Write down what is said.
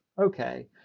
okay